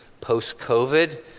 post-COVID